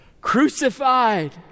crucified